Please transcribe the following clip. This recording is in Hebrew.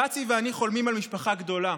פָּצִי ואני חולמים על משפחה גדולה.